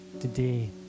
today